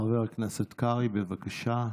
חבר הכנסת קרעי, בבקשה.